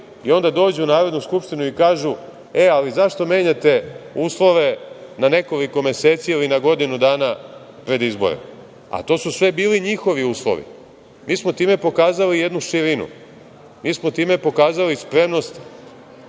i onda dođu u Narodnu skupštinu i kažu – e, ali zašto menjate uslove na nekoliko meseci ili na godinu dana pred izbore? To su sve bili njihovi uslovi. Mi smo time pokazali jednu širinu, mi smo time pokazali spremnost